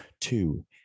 Two